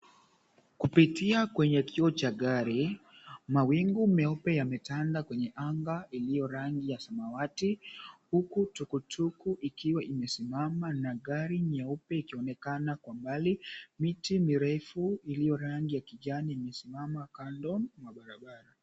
Kupitia kwenye kioo cha gari, mawingu meupe yametanda kwenye anga iliyo rangi ya samawati huku tuktuk ikiwa imesimama na gari nyeupe ikiionekana kwa mbali. Miti mirefu iliyo rangi ya kijani imesimama kando mwa barabara.